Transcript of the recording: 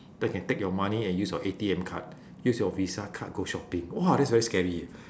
they can take your money and use your A_T_M card use your visa card go shopping !wah! that's very scary leh